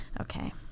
Okay